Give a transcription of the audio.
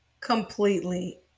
Completely